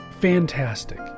Fantastic